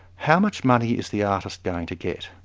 how much money is the artist going to get?